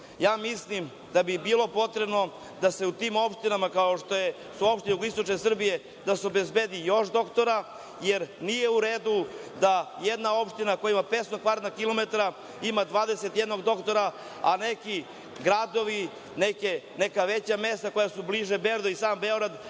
mislim da bi bilo potrebno da se u tim opštinama kao što su opštine jugoistočne Srbije, da se obezbedi još doktora, jer nije u redu da jedna opština koja ima 500 kvadratnih kilometara ima 21 doktora, a neki gradovi, neka veća mesta koja su bliža Beogradu i sam Beograd